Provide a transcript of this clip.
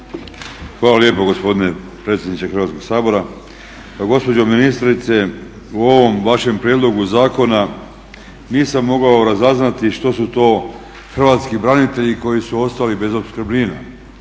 Hvala lijepo gospodine predsjedniče Hrvatskog sabora. Gospođo ministrice, u ovom vašem prijedlogu zakona nisam mogao razaznati što su to hrvatski branitelji koji su ostali bez opskrbnina.